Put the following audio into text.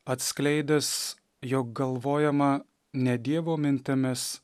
atskleidęs jog galvojama ne dievo mintimis